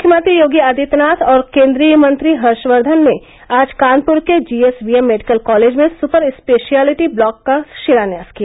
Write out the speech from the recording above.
मुख्यमंत्री योगी आदित्यनाथ और केन्द्रीय मंत्री हर्षवर्धन ने आज कानपुर के जीएसवीएम मेडिकल कॉलेज में सुपर स्पेशियालिटी ब्लॉक का शिलान्यास किया